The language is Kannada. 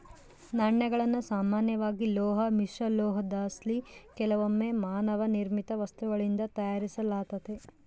ನಾಣ್ಯಗಳನ್ನು ಸಾಮಾನ್ಯವಾಗಿ ಲೋಹ ಮಿಶ್ರಲೋಹುದ್ಲಾಸಿ ಕೆಲವೊಮ್ಮೆ ಮಾನವ ನಿರ್ಮಿತ ವಸ್ತುಗಳಿಂದ ತಯಾರಿಸಲಾತತೆ